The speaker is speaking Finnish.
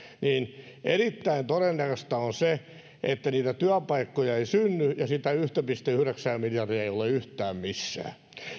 niin erittäin todennäköistä on se että niitä työpaikkoja ei synny ja sitä yhtä pilkku yhdeksää miljardia ei ole yhtään missään